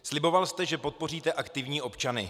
Sliboval jste, že podpoříte aktivní občany.